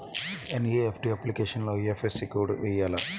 NEFT అప్లికేషన్లో IFSC code వేయాలా?